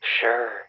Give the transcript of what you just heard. Sure